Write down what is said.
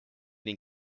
den